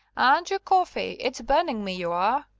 andrew coffey! it's burning me ye are.